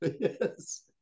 Yes